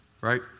right